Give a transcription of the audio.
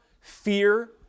fear